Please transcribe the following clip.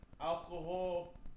alcohol